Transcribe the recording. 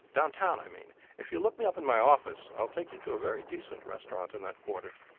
down town, i mean if you'll look me up in my office i'll take you to a very decent restaurant in that quarter.